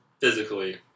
physically